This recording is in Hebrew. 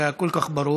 זה היה כל כך ברור